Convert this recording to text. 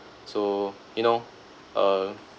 so you know uh